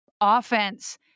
offense